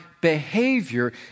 behavior